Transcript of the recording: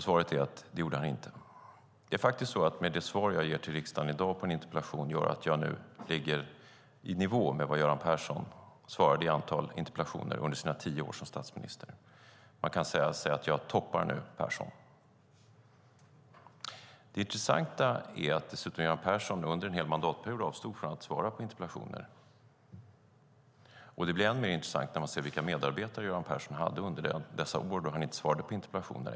Svaret är att det gjorde han inte. Det är faktiskt så att med det svar jag i dag ger på en interpellation i riksdagen ligger jag nu i nivå med det antal interpellationer som Göran Persson svarade på under sina tio år som statsminister. Man kan alltså säga att jag nu toppar Persson. Det intressanta är dessutom att Göran Persson under en hel mandatperiod avstod från att svara på interpellationer. Det blir än mer intressant när man ser vilka medarbetare Göran Persson hade under dessa år då han inte svarade på interpellationer.